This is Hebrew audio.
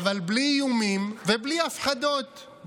אבל בלי איומים ובלי הפחדות.